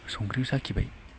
संख्रि साखिबाय